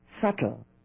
subtle